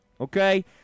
Okay